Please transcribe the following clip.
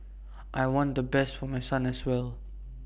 I want the best for my son as well